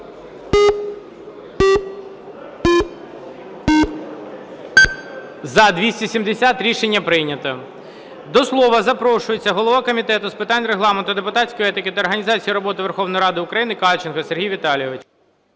За-270 Рішення прийнято. До слова запрошується голова Комітету з питань Регламенту, депутатської етики та організації роботи Верховної Ради України Кальченко Сергій Віталійович.